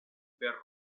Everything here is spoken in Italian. per